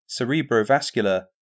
cerebrovascular